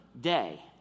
day